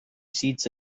seats